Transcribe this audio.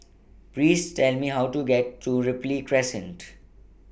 Please Tell Me How to get to Ripley Crescent